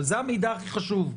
אבל זה המידע הכי חשוב.